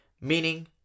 meaning